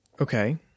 Okay